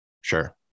sure